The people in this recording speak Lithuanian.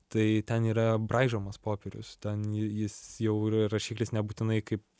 tai ten yra braižomas popierius ten jis jau ir rašiklis nebūtinai kaip